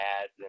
ads